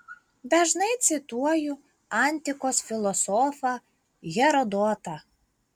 dažnai cituoju antikos filosofą herodotą